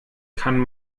kann